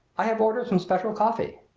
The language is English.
i have ordered some special coffee.